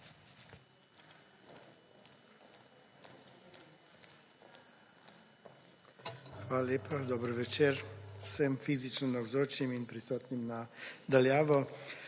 Hvala lepa. Dober večer vsem fizično navzočim in prisotnim na daljavo.